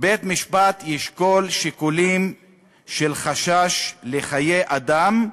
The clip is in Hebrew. בית-משפט ישקול שיקולים של חשש לחיי אדם,